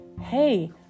hey